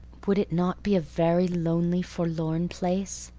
would it not be a very lonely, forlorn place?